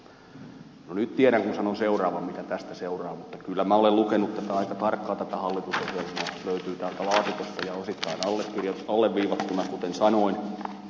no nyt tiedän kun sanon seuraavan mitä tästä seuraa mutta kyllä minä olen lukenut aika tarkkaan tätä hallitusohjelmaa löytyy täältä laatikosta ja osittain alleviivattuna kuten sanoin